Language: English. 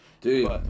Dude